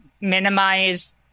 minimize